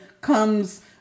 comes